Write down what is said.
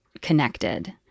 connected